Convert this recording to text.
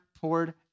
poured